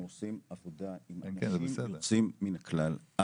עושים עבודה עם אנשים יוצאים מן הכלל,